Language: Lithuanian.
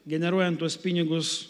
generuojant tuos pinigus